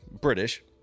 British